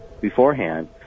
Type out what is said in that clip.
beforehand